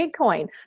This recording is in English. bitcoin